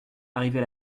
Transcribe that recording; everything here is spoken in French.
arrivée